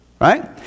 right